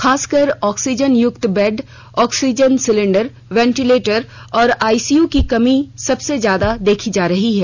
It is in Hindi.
खासकर ऑक्सीजन युक्त बेड ऑक्सीजन सिलेंडर वेंटिलेटर और आईसीयू की कमी सबसे ज्यादा देखी जा रही है